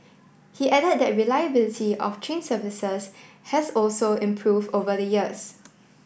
he added that reliability of train services has also improve over the years